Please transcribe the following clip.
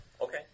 okay